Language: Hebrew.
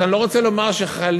אני לא רוצה לומר שחלילה,